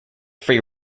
free